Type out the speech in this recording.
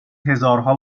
هزارها